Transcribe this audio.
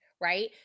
Right